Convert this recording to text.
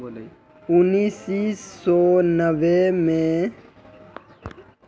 उन्नीस सौ नब्बे मे ग्राम लीच ब्लीली अधिनियम से ही वित्तीय सेबाएँ शब्द अमेरिका मे प्रचलित होलो छलै